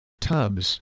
tubs